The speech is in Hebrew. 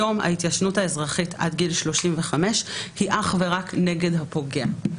היום ההתיישנות האזרחית עד גיל 35 היא אך ורק נגד הפוגע.